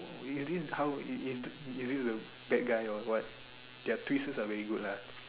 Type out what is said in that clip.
is this how you is is this the bad guy or what their twists are very good lah